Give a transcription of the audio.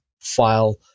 file